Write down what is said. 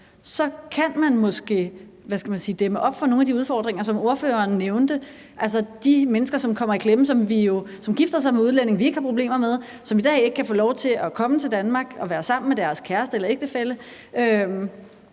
skal man sige – dæmme op for nogle af de udfordringer, som ordføreren nævnte. Det er de mennesker, som i dag kommer i klemme, som er gift med en udlænding, som kommer fra et land, vi ikke har problemer med. De kan ikke i dag få lov til at komme til Danmark og være sammen med deres kæreste eller ægtefælle.